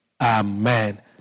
amen